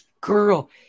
girl